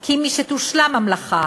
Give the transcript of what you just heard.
כי כשתושלם המלאכה,